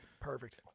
Perfect